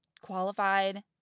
qualified